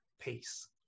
peace